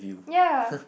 ya